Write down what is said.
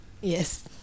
Yes